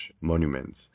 monuments